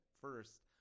first